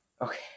Okay